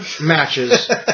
matches